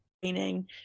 training